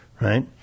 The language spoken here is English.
Right